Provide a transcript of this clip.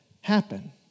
happen